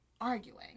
arguing